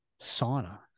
sauna